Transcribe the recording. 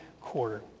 quarter